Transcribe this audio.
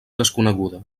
desconeguda